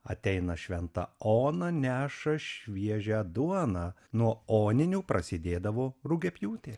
ateina šventa ona neša šviežią duoną nuo oninių prasidėdavo rugiapjūtė